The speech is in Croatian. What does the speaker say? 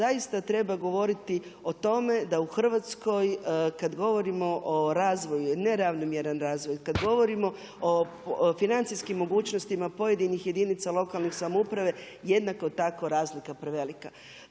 zaista treba govoriti o tome da u Hrvatskoj kada govorimo o razvoju neravnomjeran razvoj, kada govorimo o financijskim mogućnostima pojedinih jedinica lokalne samouprave jednako tako razlika prevelika.